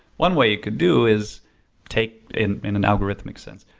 one way you could do is take in in an algorithm makes sense,